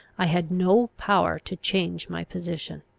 i had no power to change my position.